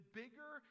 bigger